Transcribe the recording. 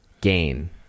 gain